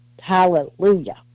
Hallelujah